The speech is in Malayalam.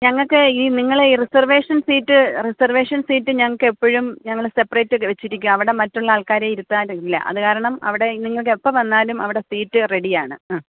ഞങ്ങൾക്ക് ഈ നിങ്ങൾ ഈ റിസർവേഷൻ സീറ്റ് റിസർവേഷൻ സീറ്റ് ഞങ്ങക്കെപ്പഴും ഞങ്ങള് സെപ്പറേറ്റ് വെച്ചിരിക്കുവാണ് അവിടെ മറ്റുള്ള ആൾക്കാരെ ഇരുത്താറില്ല അതുകാരണം അവിടെ നിങ്ങൾക്ക് എപ്പം വന്നാലും അവിടെ സീറ്റ് റെഡിയാണ് ആ